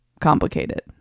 complicated